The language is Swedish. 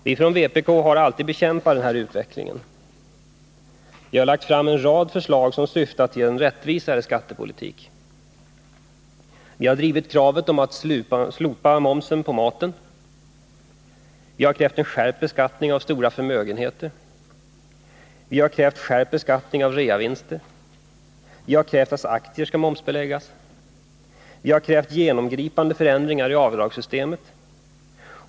Vi från vpk har alltid bekämpat den här utvecklingen. Vi har lagt fram en rad förslag som syftat till en rättvisare skattepolitik: Vi har drivit kravet på att slopa momsen på maten. Vi har krävt en skärpt beskattning av stora förmögenheter. Vi har krävt skärpt beskattning av realisationsvinster. Vi har krävt att aktier skall momsbeläggas. Vi har krävt genomgripande förändringar i avdragssystemet.